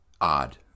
odd